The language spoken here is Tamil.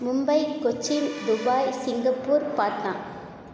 Mumbai Cochin Dubai Singapore Patna